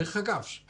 דרך אגב,